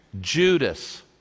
Judas